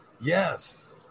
Yes